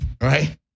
Right